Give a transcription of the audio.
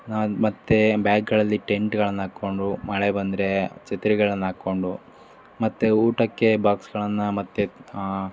ಮತ್ತು ಬ್ಯಾಗ್ಗಳಲ್ಲಿ ಟೆಂಟ್ಗಳನ್ನು ಹಾಕಿಕೊಂಡು ಮಳೆ ಬಂದರೆ ಛತ್ರಿಗಳನ್ನು ಹಾಕ್ಕೊಂಡು ಮತ್ತು ಊಟಕ್ಕೆ ಬಾಕ್ಸ್ಗಳನ್ನು ಮತ್ತು